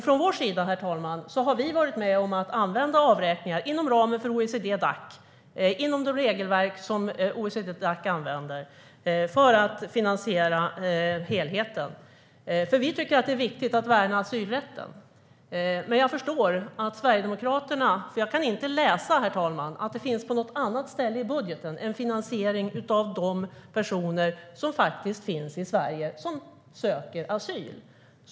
Från vår sida, herr talman, har vi varit med om att använda avräkningar inom ramen för det regelverk som OECD-Dac använder för att finansiera helheten - detta eftersom vi tycker att det är viktigt att värna asylrätten. Jag kan inte se, herr talman, att det står på något annat ställe i Sverigedemokraternas budget om finansiering av de personer som faktiskt finns i Sverige och söker asyl.